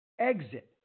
exit